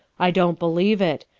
i don't believe it.